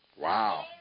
Wow